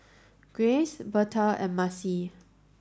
Graves Betha and Marcie